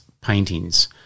paintings